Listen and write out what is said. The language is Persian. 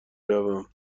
روم